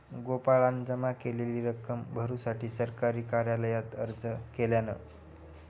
गोपाळान जमा केलेली रक्कम भरुसाठी सरकारी कार्यालयात अर्ज केल्यान